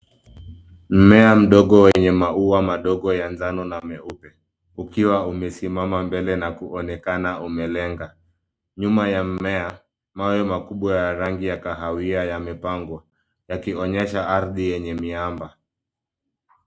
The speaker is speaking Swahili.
Mmea mdogo wenye maua madogo ya njano na meupe ukiwa umesimama mbele na kuonekana umelenga. Nyuma ya mmea, mawe makubwa ya rangi ya kahawia yamepangwa yakionyesha ardhi yenye miamba.